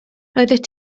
roeddet